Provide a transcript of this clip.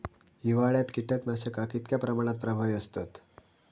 हिवाळ्यात कीटकनाशका कीतक्या प्रमाणात प्रभावी असतत?